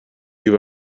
give